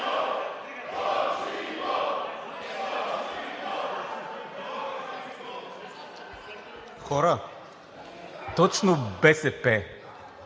Хора, точно БСП,